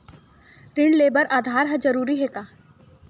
ऋण ले बर आधार ह जरूरी हे का?